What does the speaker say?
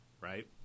right